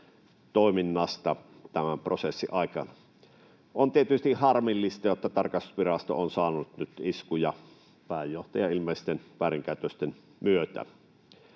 toiminnasta tämän prosessin aikana. On tietysti harmillista, että tarkastusvirasto on saanut nyt iskuja pääjohtajan ilmeisten väärinkäytösten myötä.